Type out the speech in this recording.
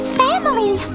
family